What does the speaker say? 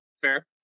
Fair